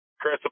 Chris